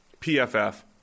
pff